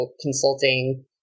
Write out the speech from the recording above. consulting